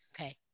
okay